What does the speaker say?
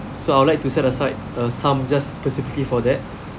so I would like to set aside a sum just specifically for that